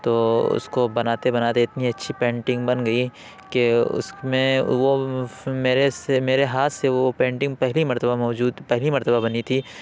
تو اس کو بناتے بناتے اتنی اچھی پینٹنگ بن گئی کہ اس میں وہ میرے سے میرے ہاتھ سے وہ پینٹنگ پہلی مرتبہ موجود پہلی مرتبہ بنی تھی